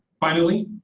finally,